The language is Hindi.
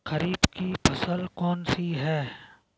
खरीफ की फसल कौन सी है?